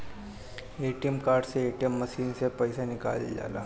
ATM card से ATM machine से पईसा निकालल जाला